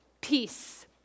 peace